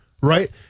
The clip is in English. right